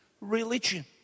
religion